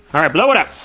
alright, blow it up.